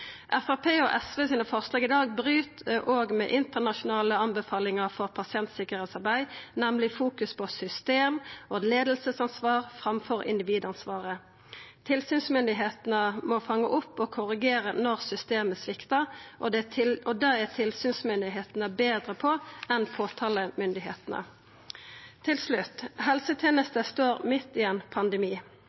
i dag bryt òg med internasjonale anbefalingar for pasientsikkerheitsarbeid, nemleg fokus på system- og leiingsansvar framfor individansvar. Tilsynsmyndigheitene må fanga opp og korrigera når systemet sviktar, og det er tilsynsmyndigheitene betre på enn påtalemyndigheitene. Til slutt: Helsetenesta står midt i ein pandemi,